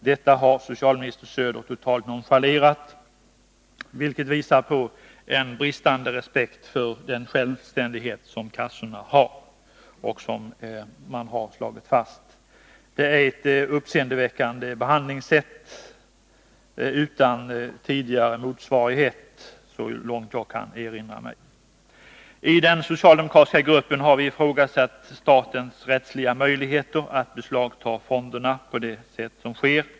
Detta har socialminister Söder totalt nonchalerat, vilket visar på en bristande respekt för den självständighet som kassorna har och som regeringen själv har slagit fast. Det är ett uppseendeväckande behandlingssätt, utan tidigare motsvarighet, så långt jag kan erinra mig. I den socialdemokratiska gruppen har vi ifrågasatt statens rättsliga möjligheter att beslagta fonderna på det sätt som sker.